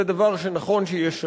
זה דבר שנכון שיהיה שקוף,